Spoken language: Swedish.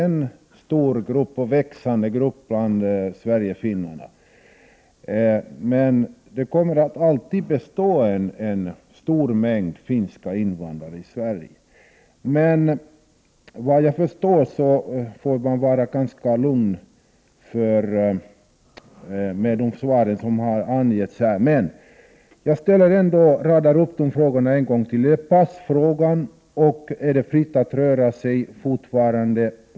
En stor och växande grupp Sverige-finnar skaffar svenskt medborgarskap, men en stor grupp finska invandrare med finskt medborgarskap kommer alltid att bestå i Sverige. Såvitt jag förstår kan man dock vara ganska lugn, med det svar som har lämnats här. Jag skall ändock räkna upp frågeställningarna en gång till. Det gäller bl.a. passfrågan. Är det fortfarande fritt att röra sig?